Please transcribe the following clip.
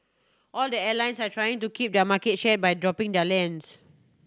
all the airlines are trying to keep their market share by dropping their lines